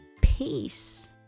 peace